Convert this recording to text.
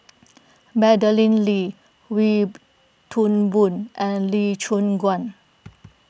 Madeleine Lee Wee Toon Boon and Lee Choon Guan